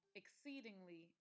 exceedingly